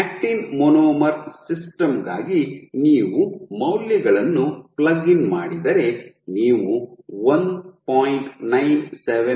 actin monomer system ಗಾಗಿ ನೀವು ಮೌಲ್ಯಗಳನ್ನು ಪ್ಲಗ್ ಇನ್ ಮಾಡಿದರೆ ನೀವು 1